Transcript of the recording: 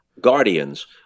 guardians